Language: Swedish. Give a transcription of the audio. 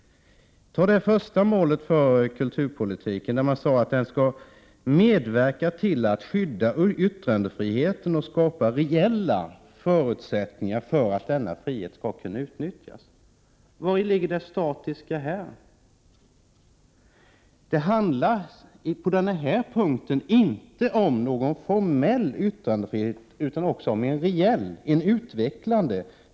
Det första målet för kulturpolitiken är att denna skall medverka till att skydda yttrandefriheten och skapa rejäla förutsättningar för att den här friheten skall kunna utnyttjas. Vari ligger det statiska här? På denna punkt handlar det inte bara om en formell yttrandefrihet, utan det är också fråga om en reel, utvecklande yttrandefrihet.